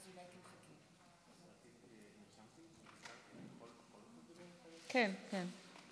כן, כן.